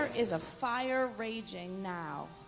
is a fire raging now